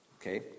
Okay